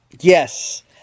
Yes